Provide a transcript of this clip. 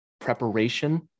preparation